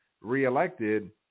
reelected